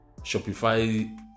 Shopify